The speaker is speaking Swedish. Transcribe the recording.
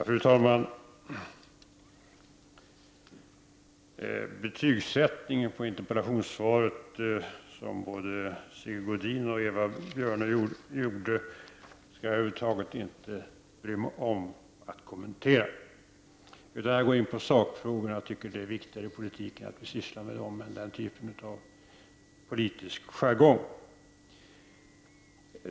Fru talman! Betygsättningen på interpellationssvaret som Sigge Godin och Eva Björne gjorde, skall jag över huvud taget inte bry mig om att kommentera, utan jag går direkt in på sakfrågorna. Jag tycker att det är viktigare i politiken än att vi sysslar med denna typ av politisk jargong.